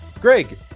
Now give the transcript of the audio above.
Greg